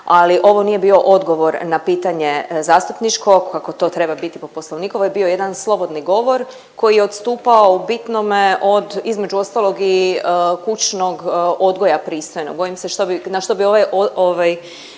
ali ovo nije bio odgovor na pitanje zastupničko kako to treba biti po Poslovniku, ovo je bio jedan slobodni govor koji je odstupao u bitnome od, između ostalog i kućnog odgoja pristojnog. Bojim se što bi, na